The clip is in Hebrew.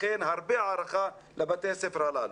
לכן הרבה הערכה לבתי הספר הללו.